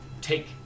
take